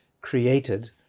created